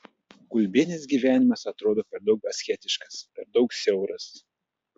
kulbienės gyvenimas atrodo per daug asketiškas per daug siauras